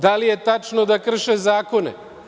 Da li je tačno da krše zakone?